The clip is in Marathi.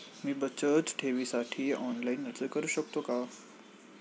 मी बचत ठेवीसाठी ऑनलाइन अर्ज करू शकतो का?